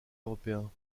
européens